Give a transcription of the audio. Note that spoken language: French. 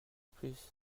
plus